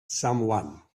someone